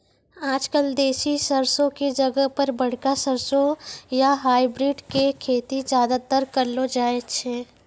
आजकल देसी सरसों के जगह पर बड़का सरसों या हाइब्रिड के खेती ज्यादातर करलो जाय छै